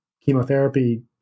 chemotherapy